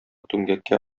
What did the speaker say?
түмгәккә